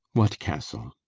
what castle?